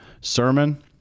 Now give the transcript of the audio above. sermon